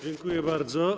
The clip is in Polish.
Dziękuję bardzo.